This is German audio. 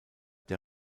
der